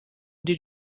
did